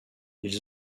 ils